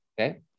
Okay